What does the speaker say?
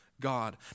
God